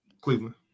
Cleveland